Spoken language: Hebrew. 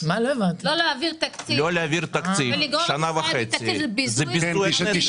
לא להעביר תקציב ולגרור את ישראל בלי תקציב זה ביזוי המדינה.